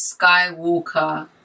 Skywalker